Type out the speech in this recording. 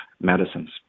medicines